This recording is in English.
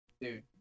dude